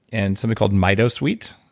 and something called mitosweet,